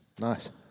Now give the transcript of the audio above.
Nice